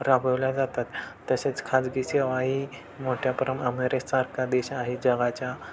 राबवल्या जातात तसेच खाजगी सेवाही मोठ्या परम अमेरेसारखा देश आहे जगाच्या